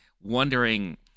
wondering